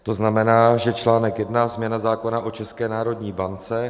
To znamená, že článek I. Změna zákona o České národní bance.